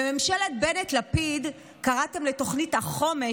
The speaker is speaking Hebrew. בממשלת בנט-לפיד קראתם לתוכנית החומש